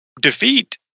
defeat